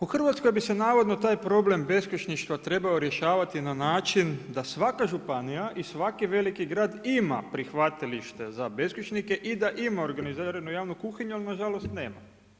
U Hrvatskoj bi se navodno taj problem beskućništva trebao rješavati na način da svaka županija i svaki veliki grad ima prihvatilište za beskućnike i da ima organiziranu javnu kuhinju, ali na žalost nema.